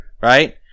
right